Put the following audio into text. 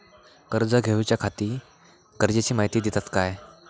कर्ज घेऊच्याखाती गरजेची माहिती दितात काय?